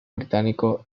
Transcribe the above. británico